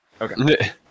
okay